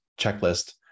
checklist